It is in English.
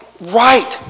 right